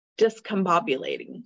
discombobulating